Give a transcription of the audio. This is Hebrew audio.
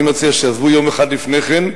אני מציע שיעזבו יום אחד לפני כן,